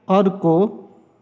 अर्को